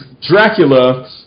Dracula